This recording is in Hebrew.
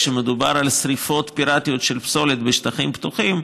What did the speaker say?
כשמדובר על שרפות פירטיות של פסולת בשטחים פתוחים,